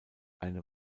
eine